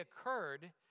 occurred